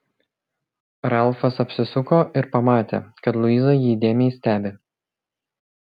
ralfas apsisuko ir pamatė kad luiza jį įdėmiai stebi